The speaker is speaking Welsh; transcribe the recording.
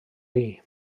chi